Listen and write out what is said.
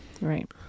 right